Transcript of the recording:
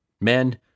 men